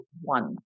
one